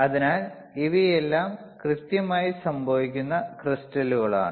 അതിനാൽ ഇവയെല്ലാം കൃത്രിമമായി സംഭവിക്കുന്ന ക്രിസ്റ്റലുകളാണ്